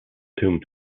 tomb